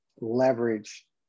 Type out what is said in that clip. leverage